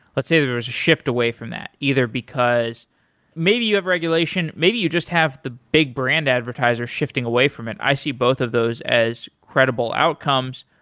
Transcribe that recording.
let's say there's a shift away from that, either because maybe you have regulation maybe you just have the big brand advertisers shifting away from it. i see both of those as credible outcomes.